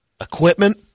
Equipment